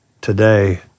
today